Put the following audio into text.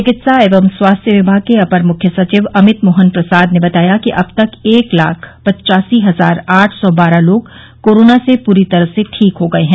चिकित्सा एवं स्वास्थ्य विभाग के अपर मुख्य सचिव अमित मोहन प्रसाद ने बताया कि अब तक एक लाख पचासी हजार आठ सौ बारह लोग कोरोना से पूरी तरह से ठीक हो गये हैं